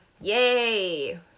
Yay